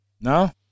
No